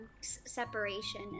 separation